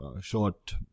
short